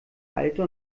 alte